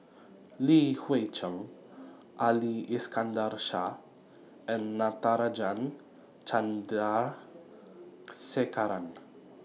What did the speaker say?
Li Hui Cheng Ali Iskandar Shah and Natarajan Chandrasekaran